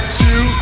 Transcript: two